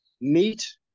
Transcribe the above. meet